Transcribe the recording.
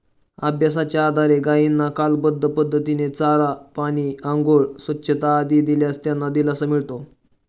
अभ्यासाच्या आधारे गायींना कालबद्ध पद्धतीने चारा, पाणी, आंघोळ, स्वच्छता आदी दिल्यास त्यांना दिलासा मिळतो